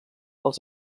els